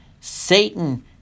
Satan